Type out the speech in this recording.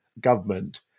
government